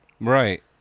Right